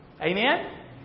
amen